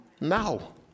now